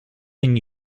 than